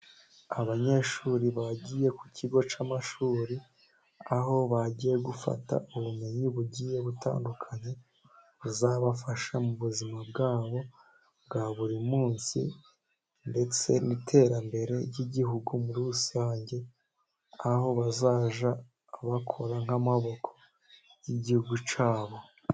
Abanyeshuri bagiye ku kigo cy'amashuri, aho bagiye gufata ubumenyi bugiye butandukanye, buzabafasha mu buzima bwabo bwa buri munsi ndetse n'iterambere ry'igihugu muri rusange, aho bazajya bakora nk'amaboko y'igihugu cyabo.